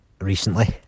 recently